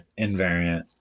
invariant